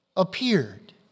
Appeared